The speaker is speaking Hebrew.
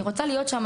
אני רוצה להיות שם,